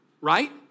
right